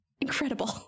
Incredible